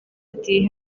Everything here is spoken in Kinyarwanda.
ati